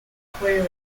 aquarium